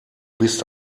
bist